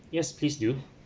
yes please do